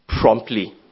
promptly